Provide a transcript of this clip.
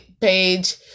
page